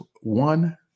one